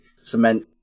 cement